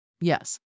Yes